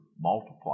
multiply